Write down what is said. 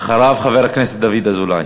ואחריו, חבר הכנסת דוד אזולאי.